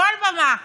כל במה,